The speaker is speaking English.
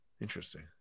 Interesting